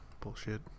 Bullshit